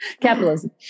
Capitalism